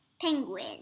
Penguin